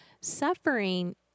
Suffering